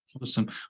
Awesome